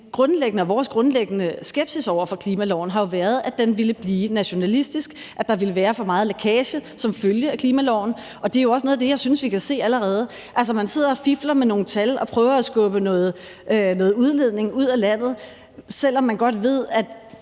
vores grundlæggende skepsis over for klimaloven jo har været begrundet i, at den ville blive nationalistisk, at der ville være for meget lækage som følge af klimaloven, og det er også noget af det, jeg synes vi kan se allerede. Altså, man sidder og fifler med nogle tal og prøver at skubbe noget udledning ud af landet, selv om man godt ved, at